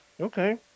Okay